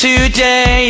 Today